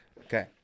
Okay